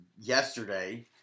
yesterday